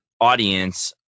audience